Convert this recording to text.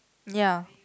ya